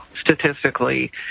statistically